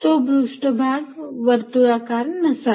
तो पृष्ठभाग वर्तुळाकार नसावा